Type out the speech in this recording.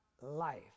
life